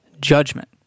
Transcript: judgment